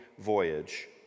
Voyage